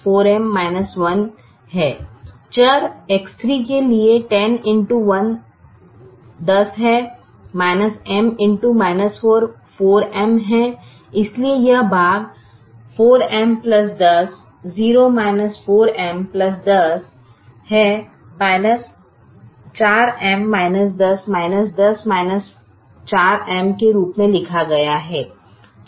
चर X3 के लिए 10x1 10 है M x 4 4M है इसलिए यह भाग 4M 10 0 4M 10 है 4M 10 10 4M के रूप में लिखा गया है